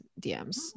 DMs